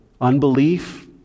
unbelief